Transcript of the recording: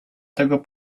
tego